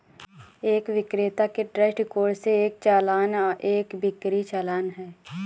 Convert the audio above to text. एक विक्रेता के दृष्टिकोण से, एक चालान एक बिक्री चालान है